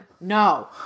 no